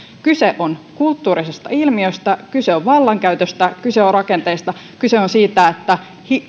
kyse on kulttuurisesta ilmiötä kyse on vallankäytöstä kyse on rakenteista kyse on siitä että